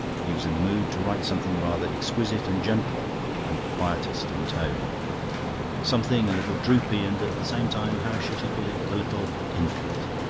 he was in the mood to write something rather exquisite and gentle and quietist in tone something a little droopy and at the same time how should he put it a little infinite.